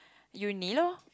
your needle